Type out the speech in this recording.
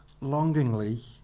longingly